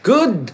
Good